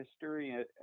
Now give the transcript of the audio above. history